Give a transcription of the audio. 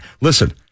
Listen